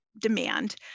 demand